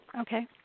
Okay